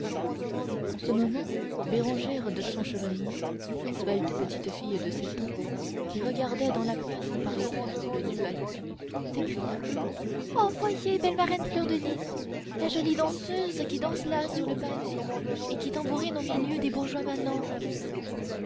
en ce moment bérangère de champchevrier svelte petite fille de sept ans qui regardait dans la place par les trèfles du balcon s'écria oh voyez belle marraine fleur de lys la jolie danseuse qui danse là sur le pavé et qui tambourine au milieu des bourgeois